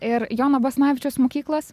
ir jono basanavičiaus mokyklos